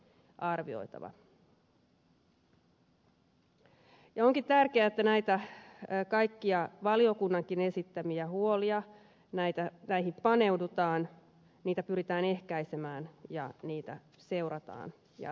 onkin tärkeää että näihin kaikkiin valiokunnankin esittämiin huoliin paneudutaan niitä pyritään ehkäisemään ja niitä seurataan jatkossa